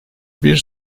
bir